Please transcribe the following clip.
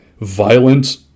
violent